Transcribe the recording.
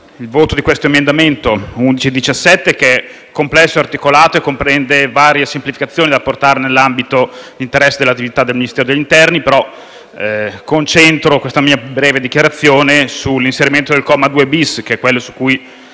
il voto favorevole sull'emendamento 11.17 (testo 4), che è complesso e articolato e comprende varie semplificazioni da apportare nell'ambito di interesse dell'attività del Ministero dell'interno. Concentro questa mia breve dichiarazione sull'inserimento del comma 2-*bis*, quello su cui,